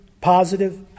positive